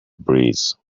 breeze